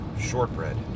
shortbread